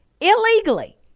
illegally